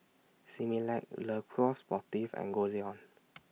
Similac Le Coq Sportif and Goldlion